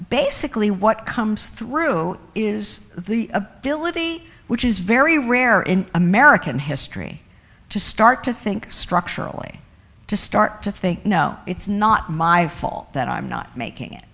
basically what comes through is the ability which is very rare in american history to start to think structurally to start to think no it's not my fault that i'm not making it